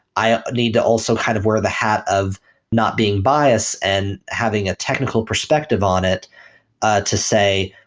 i need to also kind of wear the hat of not being bias and having a technical perspective on it ah to say,